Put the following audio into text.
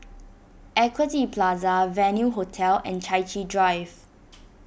Equity Plaza Venue Hotel and Chai Chee Drive